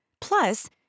Plus